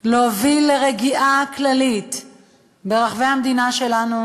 ולהוביל לרגיעה כללית ברחבי המדינה שלנו,